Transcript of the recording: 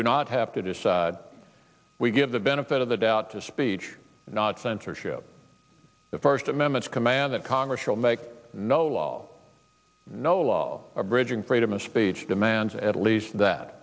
do not have to decide we give the benefit of the doubt to speech not censorship the first amendment's command that congress shall make no law no law abridging freedom of speech demands at least that